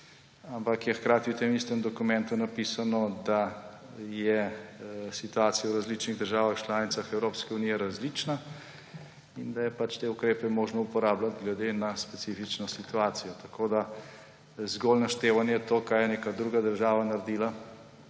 ampak je hkrati v tem istem dokumentu napisano, da je situacija v različnih državah članicah Evropske unije različna in da je te ukrepe možno uporabljati glede na specifično situacijo. Zgolj naštevanje tega, kar je neka druga država naredila,